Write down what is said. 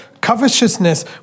covetousness